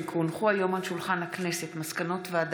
שעה 16:00 תוכן העניינים מסמכים שהונחו